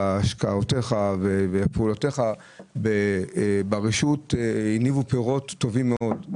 השפעותיך ופעולותיך ברשות הניבו פירות טובים מאוד.